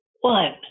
one